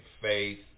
faith